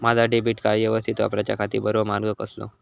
माजा debit card यवस्तीत वापराच्याखाती बरो मार्ग कसलो?